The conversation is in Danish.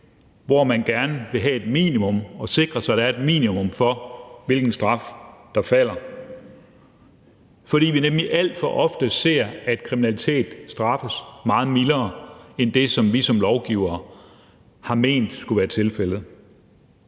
hvor man gerne vil sikre sig, at der er et minimum for, hvilken straf der falder, fordi vi nemlig alt for ofte ser, at kriminalitet straffes meget mildere end det, som vi som lovgivere har ment skulle være tilfældet.